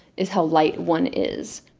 is how light one is.